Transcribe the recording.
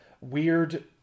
weird